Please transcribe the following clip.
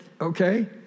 okay